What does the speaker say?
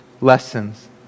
lessons